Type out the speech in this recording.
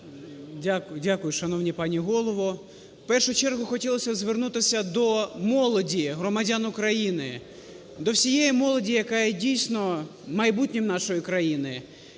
Дякую, шановна пані голово. В першу чергу хотілося звернутися до молоді громадян України, до всієї молоді, яка є, дійсно, майбутнім нашої країни.